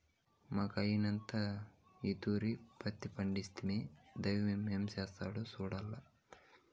మాకయ్యంతా ఈ తూరి పత్తి పంటేస్తిమి, దైవం ఏం చేస్తాడో సూడాల్ల